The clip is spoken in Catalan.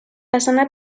façana